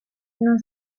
non